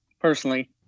personally